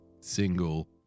single